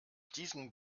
diesem